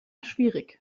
schwierig